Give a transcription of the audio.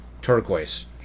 turquoise